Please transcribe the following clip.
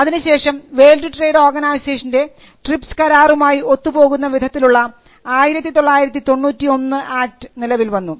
അതിനുശേഷം world trade ഓർഗനൈസേഷൻറെ TRIPS കരാറുമായി ഒത്തുപോകുന്ന വിധത്തിലുള്ള 1991 ആക്ട് നിലവിൽ വന്നു